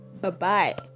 bye-bye